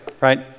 right